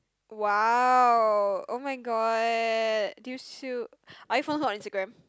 !wow! [oh]-my-god do you still are you following her on Instagram